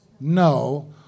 No